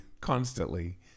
constantly